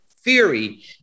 theory